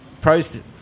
pros